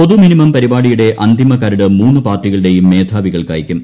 പൊതുമിനിമം പരിപാടിയുടെ അന്തിമ കരട് മൂന്ന് പാർട്ടികളുടെയും മേധാവികൾക്ക് അയക്കും